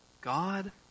God